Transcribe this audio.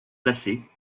placées